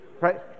Right